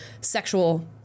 sexual